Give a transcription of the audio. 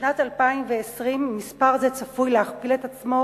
בשנת 2020 מספר זה צפוי להכפיל את עצמו